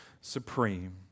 supreme